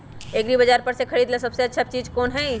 एग्रिबाजार पर से खरीदे ला सबसे अच्छा चीज कोन हई?